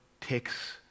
takes